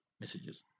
messages